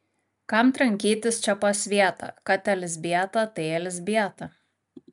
kam trankytis čia po svietą kad elzbieta tai elzbieta